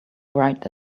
write